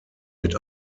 mit